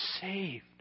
saved